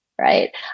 right